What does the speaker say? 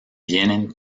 vienen